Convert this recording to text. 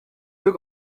deux